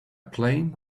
plane